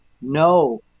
No